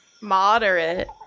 Moderate